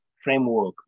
framework